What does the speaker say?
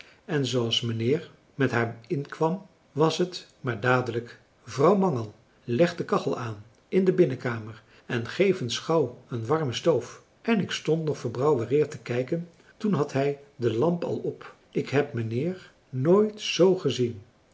en zooals mijnheer met haar inkwam was het maar dadelijk vrouw mangel leg de kachel aan in de binnenkamer en geef eens gauw een warme stoof en ik stond nog verbouwereerd te kijken toen had hij de lamp al op ik heb mijnheer nooit zoo gezien